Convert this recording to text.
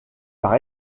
par